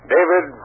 David